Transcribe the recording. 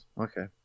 okay